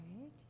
Right